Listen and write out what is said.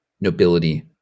nobility